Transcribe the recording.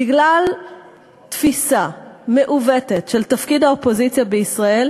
בגלל תפיסה מעוותת של תפקיד האופוזיציה בישראל